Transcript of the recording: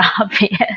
obvious